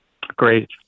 Great